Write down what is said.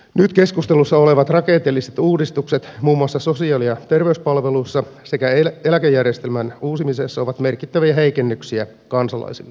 nyt keskustelussa olevat rakenteelliset uudistukset muun muassa sosiaali ja terveyspalveluissa sekä eläkejärjestelmän uusimisessa ovat merkittäviä heikennyksiä kansalaisille